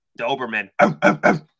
Doberman